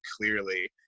clearly